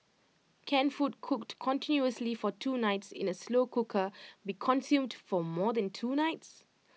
can food cooked continuously for two nights in A slow cooker be consumed for more than two nights